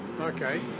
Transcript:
Okay